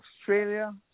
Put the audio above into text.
Australia